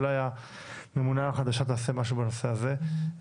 אולי הממונה החדשה תעשה משהו בנושא הזה.